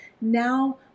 now